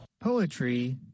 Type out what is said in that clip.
Poetry